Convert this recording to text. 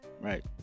Right